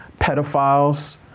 pedophiles